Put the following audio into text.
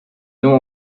noms